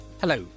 Hello